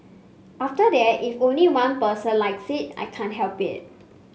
after that if only one person likes it I can't help it